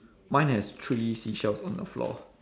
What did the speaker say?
mine has three seashells on the floor